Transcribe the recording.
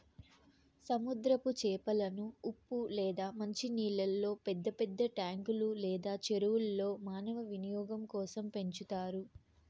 సముద్రపు చేపలను ఉప్పు లేదా మంచి నీళ్ళల్లో పెద్ద పెద్ద ట్యాంకులు లేదా చెరువుల్లో మానవ వినియోగం కోసం పెంచుతారు